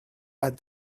but